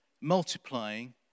multiplying